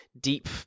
deep